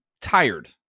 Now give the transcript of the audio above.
tired